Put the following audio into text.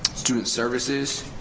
student services,